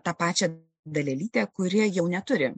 tą pačią dalelytę kuri jau neturi